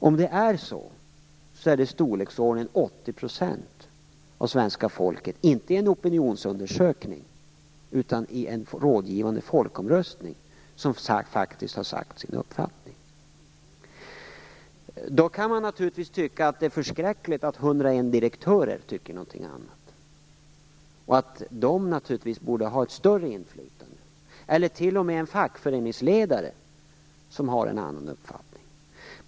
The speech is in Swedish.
Om det är så, är det i storleksordningen 80 % av svenska folket som, inte i en opinionsundersökning utan i en rådgivande folkomröstning, faktiskt har uttalat sin uppfattning. Då kan man naturligtvis tycka att det är förskräckligt att 101 direktörer tycker någonting annat och att de, eller t.o.m. en fackföreningsledare som har en annan uppfattning, borde ha ett större inflytande.